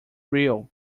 real